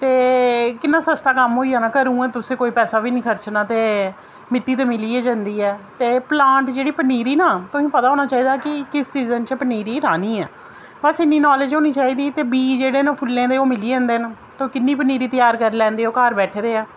ते किन्ना सस्ता कम्म होई जाना घरां गै तुसें कोई पैसा बी नेईं खर्चना ते मिट्टी ते मिली गै जंदी ऐ ते प्लांट जेह्ड़े पनीरी ना तुसेंगी पता होना चाहिदा कि किस सीजन च पनीरी राह्नी ऐ बस इन्नी नालेज होनी चाहिदी ते बीऽ जेह्ड़े फुल्लें दे ओह् मिली जंदे न ते ओह् किन्नी पनीरी त्यार करी लैंदे ओ घर बैठे दे गै